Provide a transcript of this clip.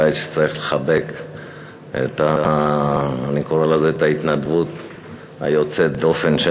הבית צריך לחבק את ההתנדבות היוצאת-דופן,